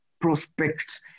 prospect